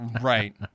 Right